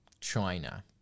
china